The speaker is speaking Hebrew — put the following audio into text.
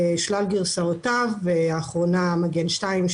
בשלל גרסאותיו האחרונה היא מגן 2,